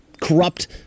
corrupt